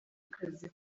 akazi